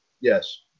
yes